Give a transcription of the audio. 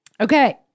Okay